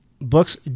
Books